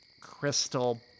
crystal